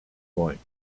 wollen